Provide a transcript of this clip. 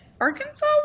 arkansas